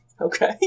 Okay